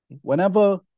Whenever